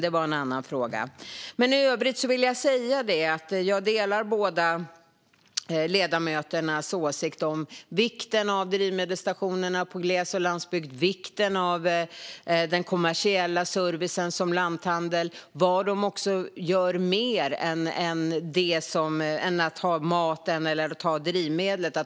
Det var en annan fråga. I övrigt vill jag säga att jag delar båda ledamöternas åsikter om vikten av drivmedelsstationer i glesbygden och på landsbygden och vikten av kommersiell service såsom lanthandlare och vad de gör utöver att ha mat och drivmedel.